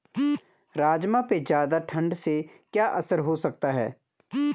राजमा पे ज़्यादा ठण्ड से क्या असर हो सकता है?